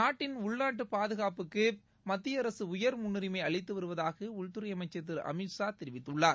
நாட்டின் உள்நாட்டுபாதுகாப்புக்குமத்தியஅரசுஉயர் முன்னுரிமைஅளித்துவருவதாகஉள்துறைஅமைச்சர் திருஅமித்ஷா தெரிவித்துள்ளார்